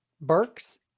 Burks